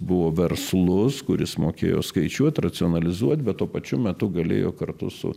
buvo verslus kuris mokėjo skaičiuot racionalizuot bet tuo pačiu metu galėjo kartu su